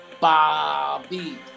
bobby